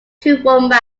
toowoomba